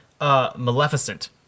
Maleficent